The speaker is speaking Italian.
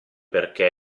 perché